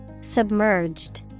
Submerged